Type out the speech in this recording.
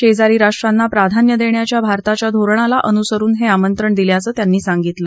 शेजारी राष्ट्रांना प्राधान्य देण्याच्या भारताच्या धोरणाला अनुसरून हे आमंत्रण दिल्याचं त्यांनी सांगितलं